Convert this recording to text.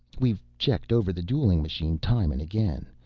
we've checked over the dueling machine time and again.